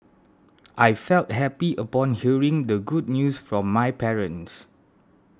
I felt happy upon hearing the good news from my parents